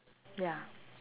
ya